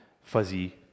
fuzzy